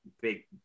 big